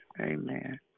Amen